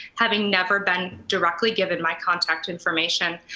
having never been directly given my contact information.